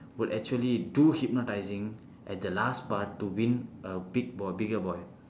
would actually do hypnotising at the last part to win a big boy bigger boy